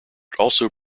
also